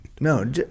No